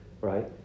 right